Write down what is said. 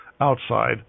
outside